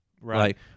Right